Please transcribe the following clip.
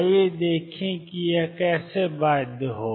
आइए देखें कि यह कैसे बाध्य है